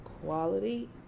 Quality